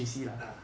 ah